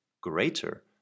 greater